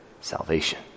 salvation